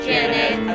Janet